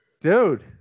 Dude